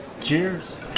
Cheers